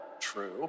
true